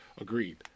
Agreed